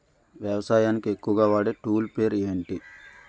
వ్యవసాయానికి ఎక్కువుగా వాడే టూల్ పేరు ఏంటి?